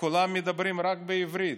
כולם מדברים רק עברית.